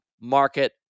market